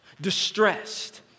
distressed